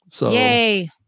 Yay